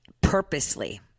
purposely